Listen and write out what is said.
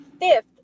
fifth